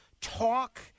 talk